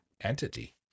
entity